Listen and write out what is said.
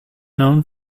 known